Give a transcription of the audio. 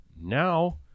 Now